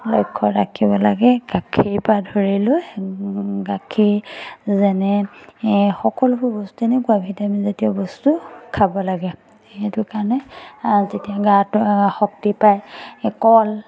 লক্ষ্য ৰাখিব লাগে গাখীৰৰপৰা ধৰি লৈ গাখীৰ যেনে সকলোবোৰ বস্তু এনেকুৱা ভিটামিনজাতীয় বস্তু খাব লাগে সেইটো কাৰণে যেতিয়া গাটো শক্তি পায় এই কল